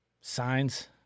signs